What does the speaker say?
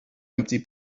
empty